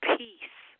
peace